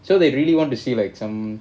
so they really want to see like some